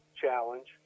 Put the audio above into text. challenge